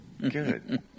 Good